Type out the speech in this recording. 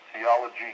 theology